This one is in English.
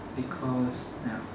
because ya